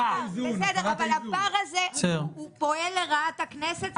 אבל הפער הזה פועל לרעת הכנסת?